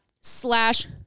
slash